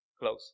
close